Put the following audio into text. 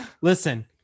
Listen